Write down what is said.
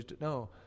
No